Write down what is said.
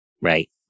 Right